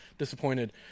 disappointed